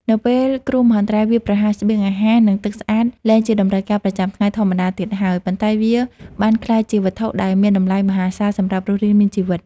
នៅពេលគ្រោះមហន្តរាយវាយប្រហារ ស្បៀងអាហារ និងទឹកស្អាតលែងជាតម្រូវការប្រចាំថ្ងៃធម្មតាទៀតហើយ ប៉ុន្តែវាបានក្លាយជាវត្ថុដែលមានតម្លៃមហាសាលសម្រាប់រស់រានមានជីវិត។